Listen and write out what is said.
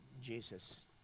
Jesus